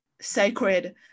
sacred